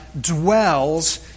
dwells